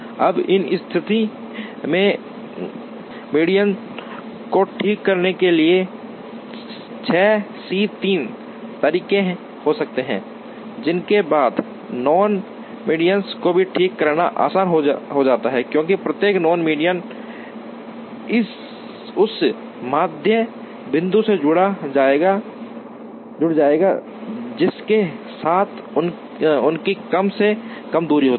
अब उस स्थिति में मेडियंस को ठीक करने के लिए 6 C 3 तरीके हो सकते हैं जिसके बाद नॉन मेडियंस को ठीक करना आसान हो जाता है क्योंकि प्रत्येक नॉन मेडियन उस माध्य बिंदु से जुड़ जाएगा जिसके साथ उसकी कम से कम दूरी होती है